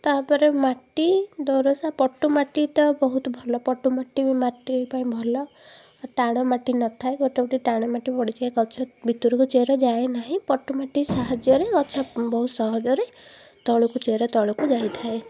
ତା'ପରେ ମାଟି ଦୋରସା ପଟୁ ମାଟି ତ ବହୁତ ଭଲ ପଟୁମାଟି ମାଟି ପାଇଁ ଭଲ ଟାଣ ମାଟି ନଥାଏ ଗୋଟେ ଗୋଟେ ଟାଣ ମାଟି ପଡ଼ିଥାଏ ଗଛ ଭିତରକୁ ଚେରଯାଏ ନାହିଁ ପଟୁମାଟି ସାହାଯ୍ୟରେ ଗଛ ବହୁତ ସହଜରେ ତଳକୁ ଚେର ତଳକୁ ଯାଇଥାଏ